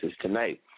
tonight